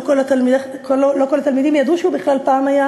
לא כל התלמידים ידעו שהוא בכלל פעם היה